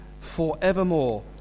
forevermore